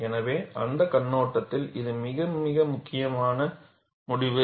எனவே அந்தக் கண்ணோட்டத்தில் இது மிக முக்கியமான முடிவு